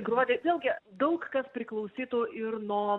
gruodį vėlgi daug kas priklausytų ir nuo